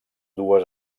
dues